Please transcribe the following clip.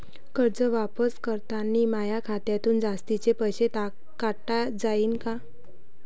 कर्ज वापस करतांनी माया खात्यातून जास्तीचे पैसे काटल्या जाईन का?